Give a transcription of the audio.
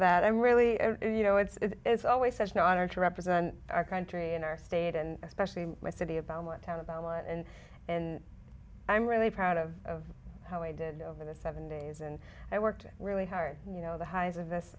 that i'm really you know it's it's always such an honor to represent our country in our state and especially my city about one town about a lot and and i'm really proud of how i did over the seven days and i worked really hard you know the highs of this